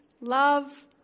love